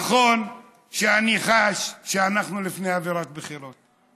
נכון שאני חש שאנחנו לפני אווירת בחירות.